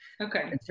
Okay